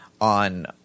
on